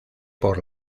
por